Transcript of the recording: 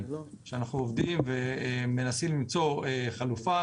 שאנחנו עובדים ומנסים למצוא חלופה,